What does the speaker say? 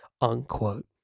unquote